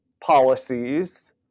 policies